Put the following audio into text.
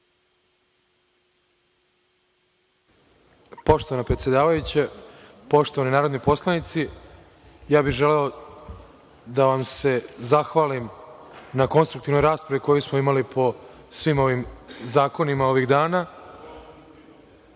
Poštovana predsedavajuća, poštovani narodni poslanici, želeo bih da vam se zahvalim na konstruktivnoj raspravi koju smo imali po svim ovim zakonima ovih dana.